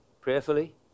prayerfully